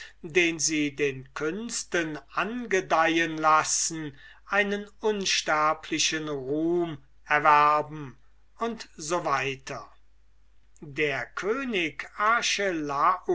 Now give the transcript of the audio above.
den sie den künsten angedeihen lassen einen unsterblichen ruhm erwerben u s w der könig